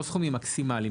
לא מקסימליים.